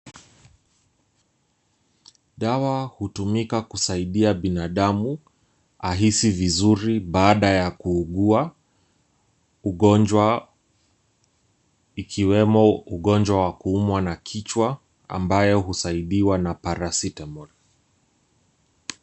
Dawa hutumika kusaidia binadamu ahisi vizuri baada ya kuuguwa ugonjwa ikiwemo ugonjwa wa kuumwa na kichwa ambayo husaidiwa na Paracetamol.